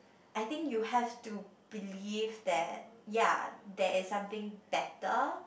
I think you have to believe that ya there is something better